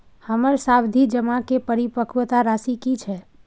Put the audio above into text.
हमर सावधि जमा के परिपक्वता राशि की छै?